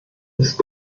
ist